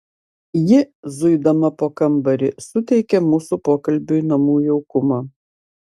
ji zuidama po kambarį suteikė mūsų pokalbiui namų jaukumo